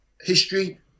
history